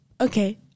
okay